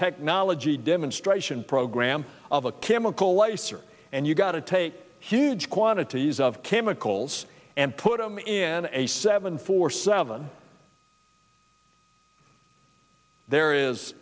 technology demonstration program of a chemical lice are and you've got to take huge quantities of chemicals and put them in a seven four seven there is